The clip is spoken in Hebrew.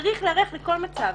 צריך להיערך לכל מצב.